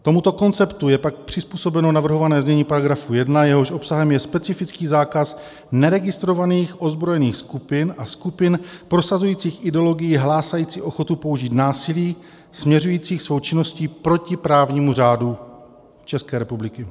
Tomuto konceptu je pak přizpůsobeno navrhované znění § 1, jehož obsahem je specifický zákaz neregistrovaných ozbrojených skupin a skupin prosazujících ideologii hlásající ochotu použít násilí směřujících svou činností proti právnímu řádu České republiky.